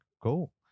cool